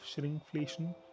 shrinkflation